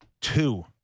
two